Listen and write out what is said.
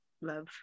love